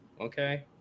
Okay